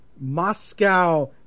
Moscow